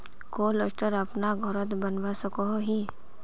Cold store अपना घोरोत बनवा सकोहो ही?